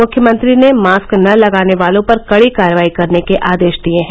मुख्यमंत्री ने मास्क न लगाने वालों पर कडी कार्रवाई करने के आदेश दिए हैं